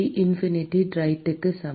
D infinity ரைட்க்கு சமம்